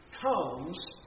comes